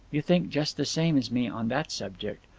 you think just the same as me on that subject.